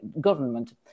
government